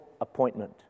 appointment